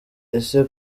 ese